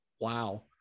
Wow